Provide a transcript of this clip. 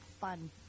fun